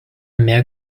mehr